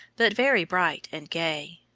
but very bright and gay.